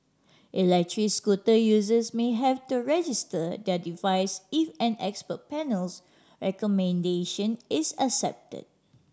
electric scooter users may have to register their devices if an expert panel's recommendation is accepted